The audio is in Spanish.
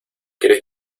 quieres